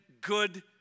good